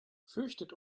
fürchtet